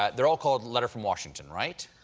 ah they're all called letter from washington, right?